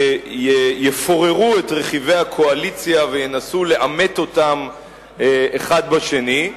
שיפוררו את רכיבי הקואליציה וינסו לעמת אותם אחד עם השני,